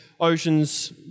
oceans